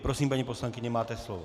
Prosím, paní poslankyně, máte slovo.